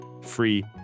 free